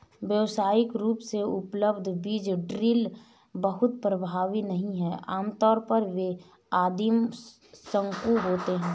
व्यावसायिक रूप से उपलब्ध बीज ड्रिल बहुत प्रभावी नहीं हैं आमतौर पर ये आदिम शंकु होते हैं